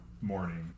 morning